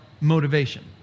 motivation